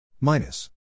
minus